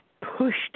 pushed